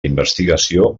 investigació